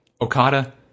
Okada